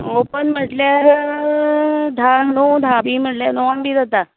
open म्हटल्यार धांक णव धांक बी म्हळ्यार णवांक बी जाता